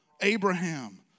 Abraham